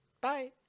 Bye